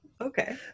Okay